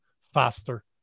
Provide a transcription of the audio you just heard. faster